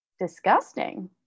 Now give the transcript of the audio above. disgusting